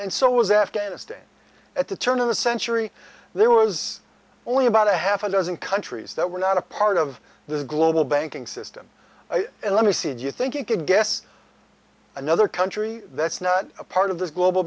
and so was afghanistan at the turn of the century there was only about a half a dozen countries that were not a part of the global banking system and let me see do you think you could guess another country that's not part of this global